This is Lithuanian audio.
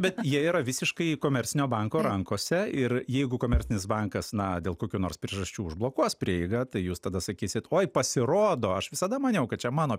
bet jie yra visiškai komercinio banko rankose ir jeigu komercinis bankas na dėl kokių nors priežasčių užblokuos prieigą tai jūs tada sakysit oi pasirodo aš visada maniau kad čia mano